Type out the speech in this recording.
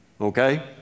okay